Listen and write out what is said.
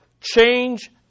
change